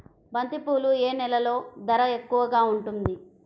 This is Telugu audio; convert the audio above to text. బంతిపూలు ఏ నెలలో ధర ఎక్కువగా ఉంటుంది?